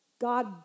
God